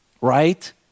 Right